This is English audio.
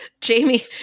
Jamie